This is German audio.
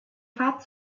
fahrt